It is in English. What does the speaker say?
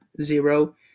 zero